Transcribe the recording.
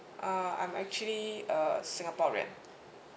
uh I'm actually a singaporean